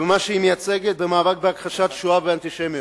במה שהיא מייצגת, במאבק בהכחשת השואה ובאנטישמיות.